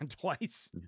twice